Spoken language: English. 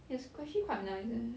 yes quite nice eh